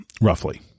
roughly